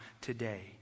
today